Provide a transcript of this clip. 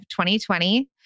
2020